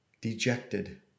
dejected